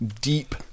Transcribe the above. deep